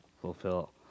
fulfill